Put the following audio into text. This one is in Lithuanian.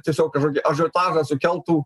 tiesiog kažkokį ažiotažą sukeltų